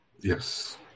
Yes